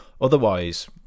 Otherwise